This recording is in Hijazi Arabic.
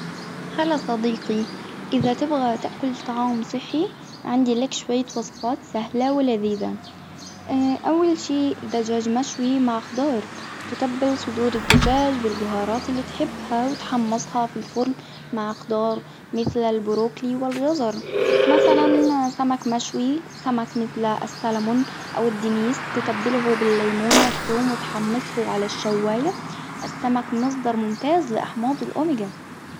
هلا صديقي إذا تبغى تأكل طعام صحي عندي لك شوية وصفات سهلة ولذيذة، أول شي دجاج مشوي مع خضار، تتبل صدور الدجاج بالبهارات اللي تحبها وتحمصها في الفرن مع خضار مثل البروكلي والجزر مثلا سمك مشوي، سمك مثل الدنيس أو السالمون تتبلة باليمون والثوم وتحمصه علي الشواية ، السمك مصدر ممتاز لأحماض الأوميجا.